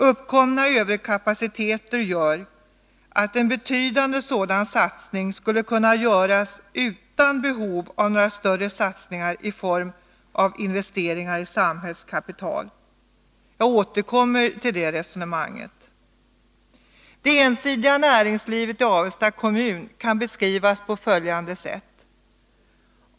Uppkomna överkapaciteter gör att en betydande sådan satsning skulle kunna göras utan behov av några större satsningar i form av investeringar i samhällskapital. Jag återkommer till det resonemanget. Det ensidiga näringslivet i Avesta kommun kan beskrivas på följande sätt.